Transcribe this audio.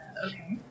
Okay